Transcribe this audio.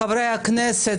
את חברי הכנסת,